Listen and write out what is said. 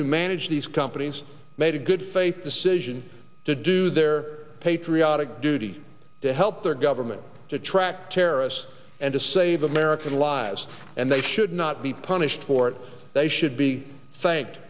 who manage these companies made a good faith decision to do their patriotic duty to help their government to track terrorists and to save american lives and they should not be punished for it they should be thanked